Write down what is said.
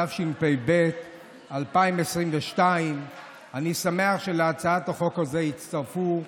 התשפ"ב 2022. אני שמח שלהצעת החוק הזו הצטרפו,